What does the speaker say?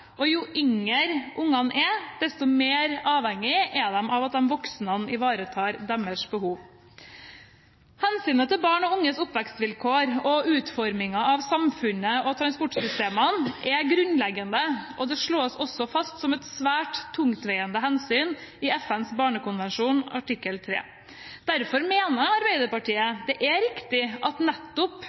og jo yngre barna er, desto mer avhengige er de av at voksne ivaretar deres behov. Hensynet til barn og unges oppvekstvilkår og utformingen av samfunnet og transportsystemene er grunnleggende, og dette slås også fast som et svært tungtveiende hensyn i FNs barnekonvensjon artikkel 3. Derfor mener Arbeiderpartiet det er riktig at det rettes spesiell oppmerksomhet mot nettopp